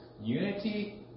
unity